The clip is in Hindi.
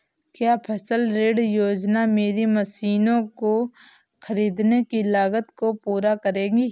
क्या फसल ऋण योजना मेरी मशीनों को ख़रीदने की लागत को पूरा करेगी?